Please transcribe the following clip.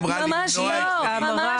ממש לא.